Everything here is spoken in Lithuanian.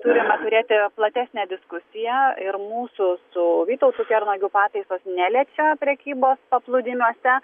turime turėti platesnę diskusiją ir mūsų su vytautu kernagiu pataisos neliečia prekybos paplūdimiuose